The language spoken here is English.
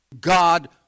God